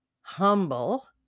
humble